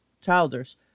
Childers